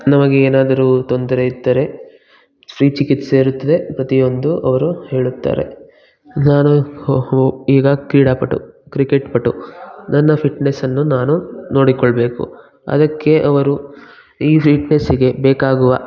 ನಮಗೆ ಏನಾದರು ತೊಂದರೆ ಇದ್ದರೆ ಫ್ರೀ ಚಿಕಿತ್ಸೆ ಇರುತ್ತದೆ ಪ್ರತಿಯೊಂದು ಅವರು ಹೇಳುತ್ತಾರೆ ನಾನು ಹೊ ಹೊ ಈಗ ಕ್ರೀಡಾಪಟು ಕ್ರಿಕೆಟ್ ಪಟು ನನ್ನ ಫಿಟ್ನೆಸ್ಸನ್ನು ನಾನು ನೋಡಿಕೊಳ್ಬೇಕು ಅದಕ್ಕೆ ಅವರು ಈ ಫಿಟ್ನೆಸ್ಸಿಗೆ ಬೇಕಾಗುವ